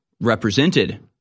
represented